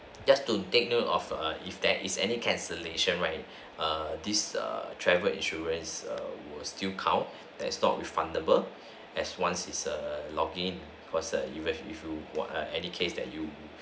just to take note of err if there is any cancellation right err this err travel insurance err will still count as not refundable as once is a login process if if if you were err educates that you